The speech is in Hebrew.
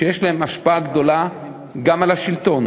שיש להם השפעה גדולה גם על השלטון.